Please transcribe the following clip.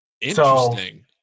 Interesting